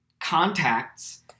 contacts